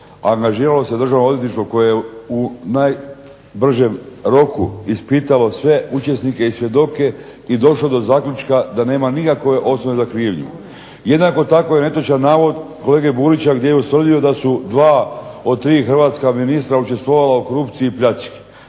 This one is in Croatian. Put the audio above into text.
Angažiralo se Državno odvjetništvo koje je u najbržem roku ispitalo sve učesnice i svjedoke i došlo do zaključka da nema nikakve osnove za krivnju. Jednako tako je netočan navod kolege Burića gdje je ustvrdio da su dva od tri hrvatska ministra učestvovala u korupciji i pljački.